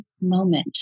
moment